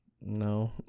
no